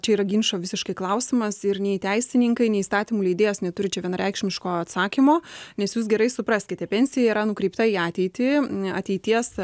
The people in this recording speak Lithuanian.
čia yra ginčo visiškai klausimas ir nei teisininkai nei įstatymų leidėjas neturi čia vienareikšmiško atsakymo nes jūs gerai supraskite pensija yra nukreipta į ateitį ateities